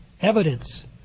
evidence